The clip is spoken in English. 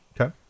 Okay